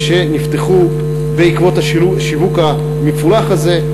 שנפתחנו אליהם בעקבות השיווק המפולח הזה.